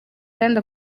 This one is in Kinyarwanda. kandi